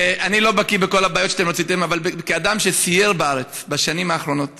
אני לא בקי בכל הבעיות שאתם העליתם אבל כאדם שסייר בארץ בשנים האחרונות